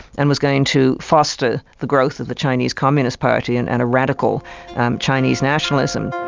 and was going to foster the growth of the chinese communist party and and a radical chinese nationalism.